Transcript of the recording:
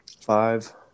five